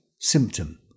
Symptom